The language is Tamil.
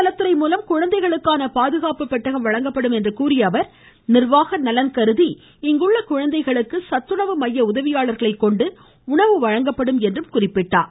நலத்துறை மூலம் குழந்தைகளுக்கான பாதுகாப்பு பெட்டகம் சமமக வழங்கப்படும் என்ற கூறிய அவர் நிர்வாக நலன் கருதி இங்குள்ள குழந்தைகளுக்கு சத்துணவு மைய உதவியாளர்களை கொண்டு உணவு வழங்கப்படும் என்றார்